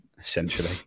essentially